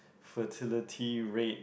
fertility rate